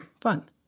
Fun